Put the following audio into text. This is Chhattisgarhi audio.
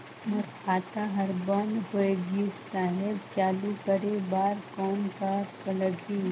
मोर खाता हर बंद होय गिस साहेब चालू करे बार कौन का लगही?